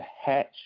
Hatch